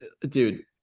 dude